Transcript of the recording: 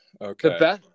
okay